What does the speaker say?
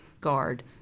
guard